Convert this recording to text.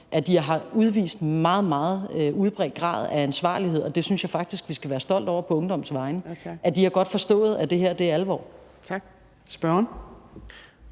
at de har udvist en meget, meget udbredt grad af ansvarlighed. Det synes jeg faktisk vi skal være stolte over på ungdommens vegne. De har godt forstået, at det her er alvor. Kl. 14:59